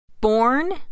Born